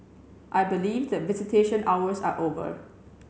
I believe that visitation hours are over